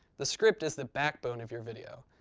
the script is the backbone of your video.